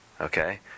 okay